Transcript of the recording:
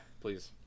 Please